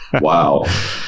Wow